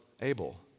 Abel